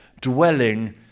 dwelling